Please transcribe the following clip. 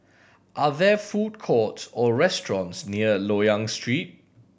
are there food courts or restaurants near Loyang Street